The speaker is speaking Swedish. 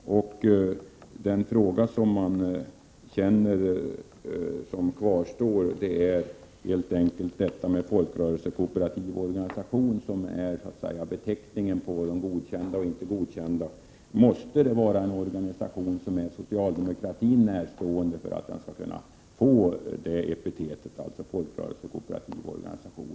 Den fråga som kvarstår handlar om beteckningen folkrörelsekooperativ organisation, vilket är beteckningen på de godkända organisationerna. Måste det vara en organisation som är socialdemokratin närstående för att den skall få kallas för folkrörelsekooperativ organisation?